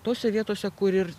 tose vietose kur ir